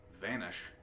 vanish